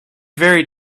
very